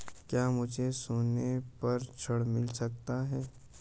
क्या मुझे सोने पर ऋण मिल सकता है?